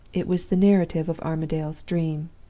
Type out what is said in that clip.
it was the narrative of armadale's dream.